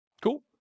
Cool